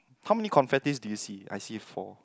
how many confettis do you see I see four